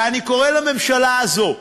ואני קורא לממשלה הזו,